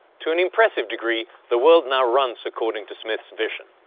to an impressive degree, the world now runs according to smith's vision.